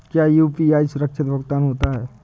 क्या यू.पी.आई सुरक्षित भुगतान होता है?